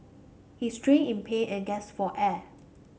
he writhed in pain and gasped for air